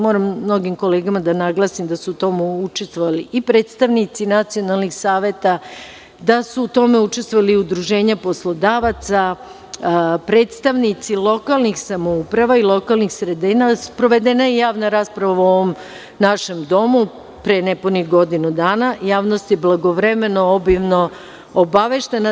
Moram mnogim kolegama da naglasim da su u tome učestvovali i predstavnici nacionalnih saveta, da su u tome učestvovali udruženja poslodavaca, predstavnici lokalnih samouprava i lokalnih sredina, sprovedena je javna rasprava u ovom našem domu, pre nepunih godinu dana, javnost je blagovremeno obimno obaveštena.